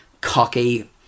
cocky